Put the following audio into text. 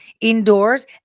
indoors